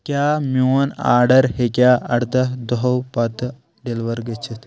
کیٛاہ میون آرڈر ہٮ۪کیٛا اردہ دۄہو پتہٕ ڈیلِور گٔژھِتھ